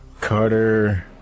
Carter